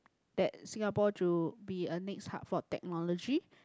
that Singapore to be a next hub for technology